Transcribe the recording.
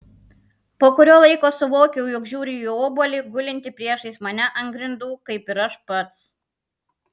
po kurio laiko suvokiau jog žiūriu į obuolį gulintį priešais mane ant grindų kaip ir aš pats